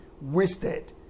wasted